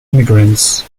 immigrants